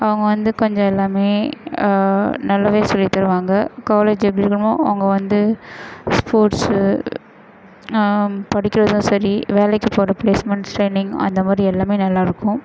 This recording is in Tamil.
அவங்க வந்து கொஞ்சோம் எல்லாமே நல்லாவே சொல்லி தருவாங்க காலேஜ் எப்படி இருக்கும்னால் அங்கே வந்து ஸ்போர்ட்ஸ் படிக்கிறதும் சரி வேலைக்கு போகிற பிளேஸ்மெண்ட் ஸ்டேண்டிங் அந்த மாதிரி எல்லாமே நல்லாயிருக்கும்